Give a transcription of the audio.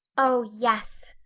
oh yes,